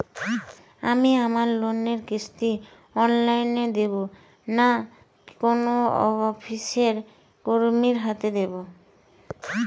আমি আমার লোনের কিস্তি অনলাইন দেবো না কোনো অফিসের কর্মীর হাতে দেবো?